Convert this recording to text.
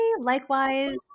likewise